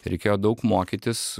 reikėjo daug mokytis